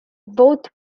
both